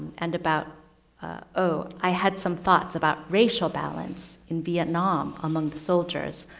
and about oh, i had some thoughts about racial balance in vietnam among the soldiers.